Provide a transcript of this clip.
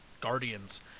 Guardians